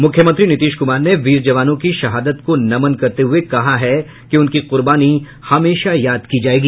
मूख्यमंत्री नीतीश क्मार ने वीर जवानों की शहादत को नमन करते हुए कहा है कि उनकी कुर्बानी हमेशा याद की जायेगी